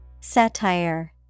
Satire